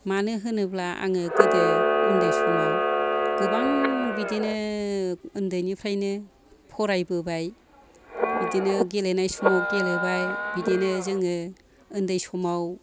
मानो होनोब्ला आङो गोदो उन्दै समाव गोबां बिदिनो उन्दैनिफ्रायनो फरायबोबाय बिदिनो गेलेनाय समाव गेलेबाय बिदिनो जोङो उन्दै समाव